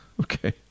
Okay